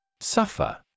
Suffer